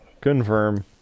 confirm